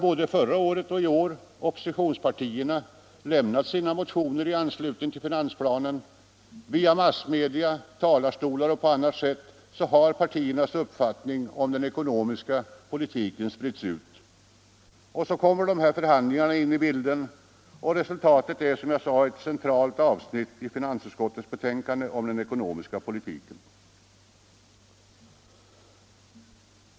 Både förra året och i år har oppositionspartierna lämnat sina motioner i anslutning till finansplanen. Via massmedia, talarstolar och på andra sätt har partiernas uppfattning om den ekonomiska politiken spritts ut. Så kom dessa förhandlingar in i bilden och resultatet därav är, som jag sade, ett centralt avsnitt i finansutskottets betänkande om den ekonomiska politiken.